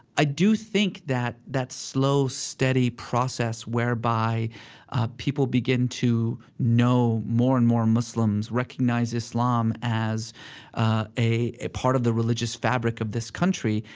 i do think that that slow steady process whereby people begin to know more and more muslims, recognize islam as ah a a part of the religious fabric of this country,